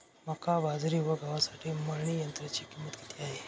मका, बाजरी व गव्हासाठी मळणी यंत्राची किंमत किती आहे?